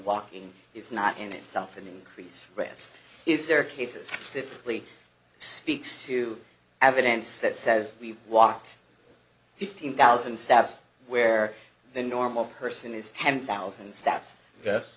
walking is not in itself an increased risk is there are cases simply speaks to evidence that says we walked fifteen thousand steps where the normal person is ten thousand steps yes